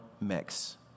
mix